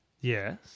Yes